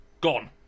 gone